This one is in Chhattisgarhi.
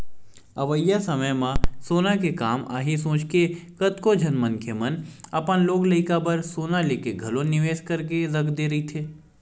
अवइया समे म सोना के काम आही सोचके कतको झन मनखे मन ह अपन लोग लइका बर सोना लेके घलो निवेस करके रख दे रहिथे